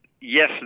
yes